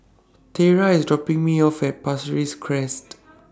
Tiera IS dropping Me off At Pasir Ris Crest